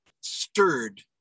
stirred